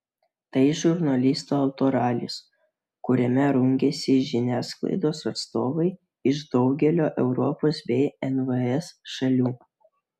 tai žurnalistų autoralis kuriame rungiasi žiniasklaidos atstovai iš daugelio europos bei nvs šalių